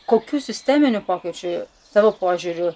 kokių sisteminių pokyčių tavo požiūriu